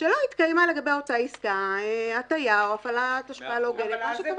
שלא התקיימה לגבי אותה עסקה הטעיה או הפעלת השפעה לא הוגנת," מה שקבענו.